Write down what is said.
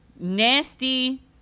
nasty